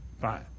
Fine